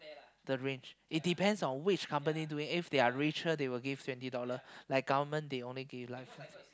the range it depends on which company doing if they are richer they will give twenty dollar like government they only give like